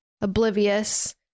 Oblivious